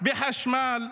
בחשמל,